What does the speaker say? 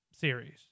series